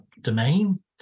domain